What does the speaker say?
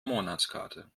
monatskarte